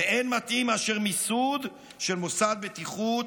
ואין מתאים מאשר מיסוד של מוסד בטיחות,